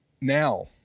Now